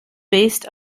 based